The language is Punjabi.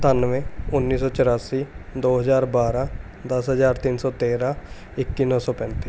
ਸਤਾਨਵੇਂ ਉੱਨੀ ਸੌ ਚੁਰਾਸੀ ਦੋ ਹਜ਼ਾਰ ਬਾਰਾਂ ਦਸ ਹਜ਼ਾਰ ਤਿੰਨ ਸੌ ਤੇਰ੍ਹਾਂ ਇੱਕੀ ਨੌ ਸੌ ਪੈਂਤੀ